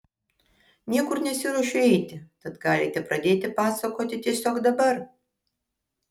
niekur nesiruošiu eiti tad galite pradėti pasakoti tiesiog dabar